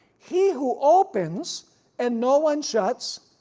he who opens and no one shuts,